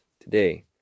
today